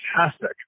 fantastic